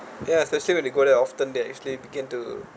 ya especially when they go there often that actually began to